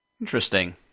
interesting